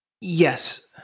Yes